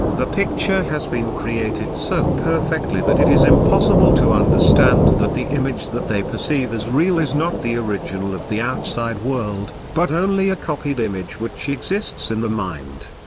the picture has been created so perfectly that it is impossible to understand that the image that they perceive as real is not the original of the outside world, but only a copied image which exists in the mind.